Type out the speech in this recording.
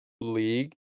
league